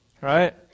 Right